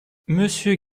monsieur